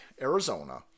Arizona